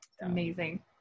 Amazing